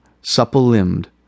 supple-limbed